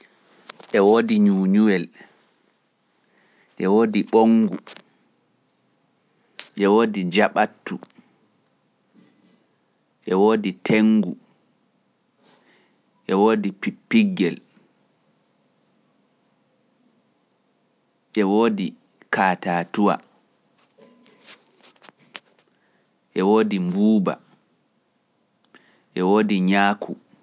e woodi ɲuuñuwel, ɗe woodi ɓoŋngu, ɗe woodi jaɓatu, ɗe woodi tenngu, ɗe woodi piɓɓiggel, ɗe woodi kaatatuwa, ɗe woodi mbuuba, ɗe woodi ñaaku.